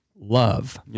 love